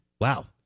Wow